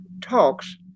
talks